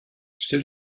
stell